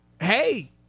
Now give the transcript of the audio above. Hey